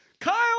Kyle